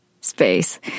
space